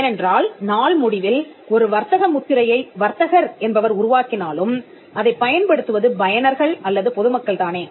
ஏனென்றால் நாள் முடிவில் ஒரு வர்த்தக முத்திரையை வர்த்தகர் என்பவர் உருவாக்கினாலும் அதைப் பயன்படுத்துவது பயனர்கள் அல்லது பொதுமக்கள் தானே